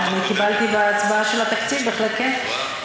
קיבלתי בהצבעה של התקציב, בהחלט כן.